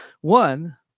one